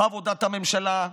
בעבודת הממשלה,